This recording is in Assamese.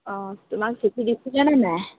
অঁ তোমাক চিঠি দিছিলে নে নাই